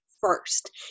first